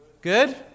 Good